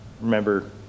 Remember